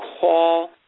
call